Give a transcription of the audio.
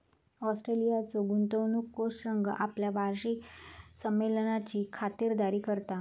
ऑस्ट्रेलियाचो गुंतवणूक कोष संघ आपल्या वार्षिक संमेलनाची खातिरदारी करता